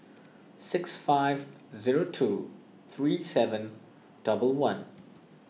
six five zero two three seven double one